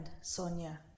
Sonia